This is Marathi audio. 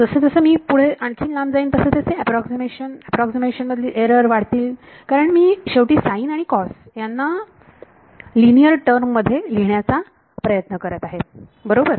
जसजसे मी पुढे आणखीन लांब जाईन तसेतसे अॅप्रॉक्सीमेशन अॅप्रॉक्सीमेशन मधील एरर वाढतील कारण मी शेवटी साईन आणि कोसाईन ह्यांना लिनियर टर्म मध्ये लिहिण्याचा प्रयत्न करत आहे बरोबर